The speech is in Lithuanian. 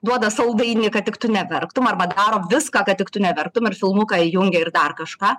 duoda saldainį kad tik tu neverktum arba daro viską kad tik tu neverktum ir filmuką įjungia ir dar kažką